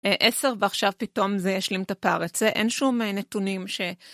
עשר ועכשיו פתאום זה ישלים את הפער, את זה, אין שום נתונים ש...